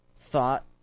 thought